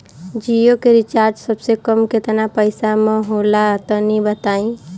जियो के रिचार्ज सबसे कम केतना पईसा म होला तनि बताई?